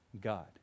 God